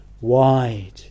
wide